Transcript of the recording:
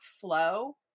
flow